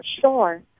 Sure